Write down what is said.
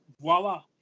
voila